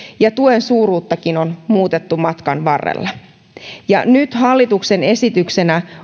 ja tuen suuruuttakin on muutettu matkan varrella nyt hallituksen esityksessä